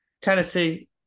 Tennessee